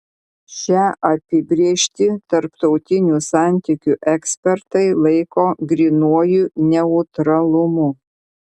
šią apibrėžtį tarptautinių santykių ekspertai laiko grynuoju neutralumu